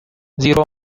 زیرا